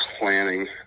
planning